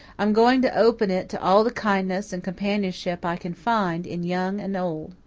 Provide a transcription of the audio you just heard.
i'm going to open it to all the kindness and companionship i can find in young and old.